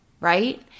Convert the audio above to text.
right